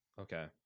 Okay